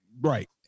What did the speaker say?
Right